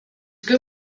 que